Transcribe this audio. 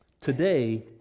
Today